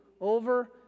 over